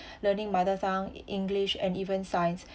learning mother tongue english and even science